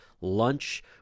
lunch